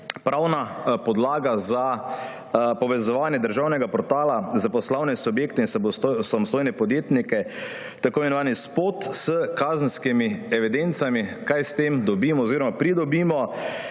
pravna podlaga za povezovanje državnega portala za poslovne subjekte in samostojne podjetnike, tako imenovani spot s kazenskimi evidencami. Kaj s tem dobimo oziroma pridobimo?